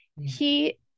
he-